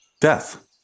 death